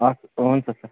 हवस् हुन्छ सर